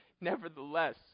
Nevertheless